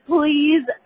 Please